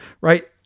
right